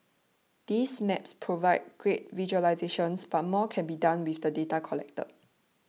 these maps provide great visualisations but more can be done with the data collected